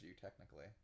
technically